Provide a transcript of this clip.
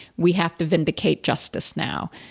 we have to vindicate justice now.